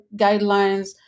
guidelines